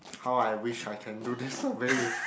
how I wish I can do this survey with